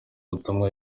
butumwa